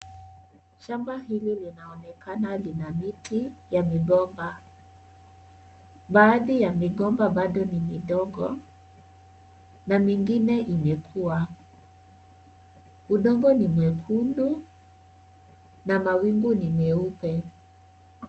Shamba hili linaonekana lina miti ya migomba. Baadhi ya migomba bado ni midogo na mingine imekua. Udongo ni mwekundu na mawingu ni meupe.